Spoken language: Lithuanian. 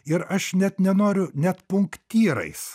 ir aš net nenoriu net punktyrais